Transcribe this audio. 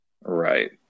Right